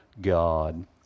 God